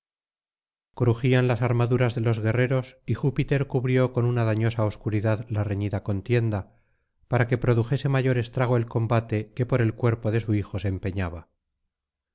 crujían las armaduras de los guerreros y júpiter cubrió con una dañosa obscuridad la reñida contienda para que produjese mayor estrago el combate que por el cuerpo de su hijo se empeñaba